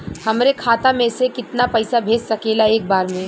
हमरे खाता में से कितना पईसा भेज सकेला एक बार में?